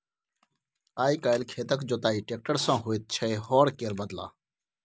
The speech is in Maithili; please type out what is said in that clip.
आइ काल्हि खेतक जोताई टेक्टर सँ होइ छै हर केर बदला